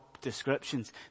descriptions